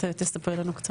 בואי תספרי לנו קצת.